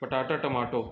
पटाटा टमाटो